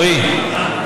רועי,